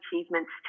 achievements